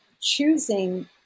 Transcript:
choosing